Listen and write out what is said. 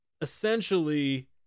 essentially